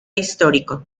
histórico